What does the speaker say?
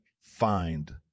find